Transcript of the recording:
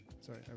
Sorry